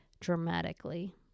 dramatically